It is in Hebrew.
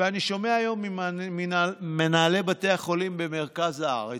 ואני שומע היום ממנהלי בתי החולים במרכז הארץ